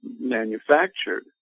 manufactured